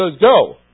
go